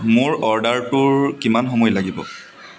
মোৰ অৰ্ডাৰটোৰ কিমান সময় লাগিব